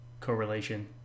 correlation